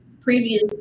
previous